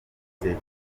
iseta